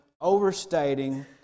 overstating